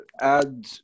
add